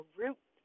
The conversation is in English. root